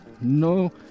No